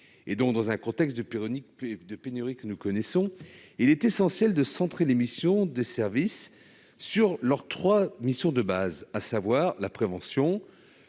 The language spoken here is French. dans le contexte de pénurie que nous connaissons, il est essentiel de centrer l'action des SPSTI sur leurs trois missions de base, à savoir la prévention,